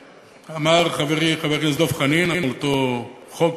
שאמר חברי חבר הכנסת דב חנין על אותו חוק